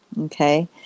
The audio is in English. okay